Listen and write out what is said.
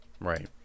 Right